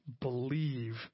believe